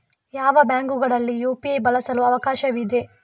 ಯಾವ ಬ್ಯಾಂಕುಗಳಲ್ಲಿ ಯು.ಪಿ.ಐ ಬಳಸಲು ಅವಕಾಶವಿದೆ?